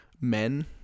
Men